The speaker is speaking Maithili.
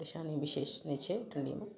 परेशानी बिशेष नहि छै ठंडी मे